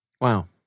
Wow